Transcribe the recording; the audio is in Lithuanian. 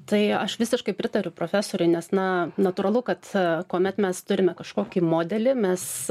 tai aš visiškai pritariu profesoriui nes na natūralu kad kuomet mes turime kažkokį modelį mes